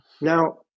Now